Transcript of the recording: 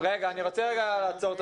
בואו נעשה סדר,